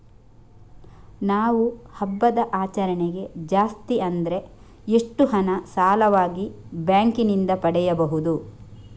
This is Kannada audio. ನಾವು ಹಬ್ಬದ ಆಚರಣೆಗೆ ಜಾಸ್ತಿ ಅಂದ್ರೆ ಎಷ್ಟು ಹಣ ಸಾಲವಾಗಿ ಬ್ಯಾಂಕ್ ನಿಂದ ಪಡೆಯಬಹುದು?